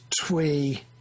twee